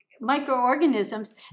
microorganisms